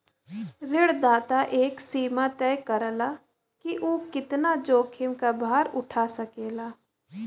ऋणदाता एक सीमा तय करला कि उ कितना जोखिम क भार उठा सकेला